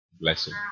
blessing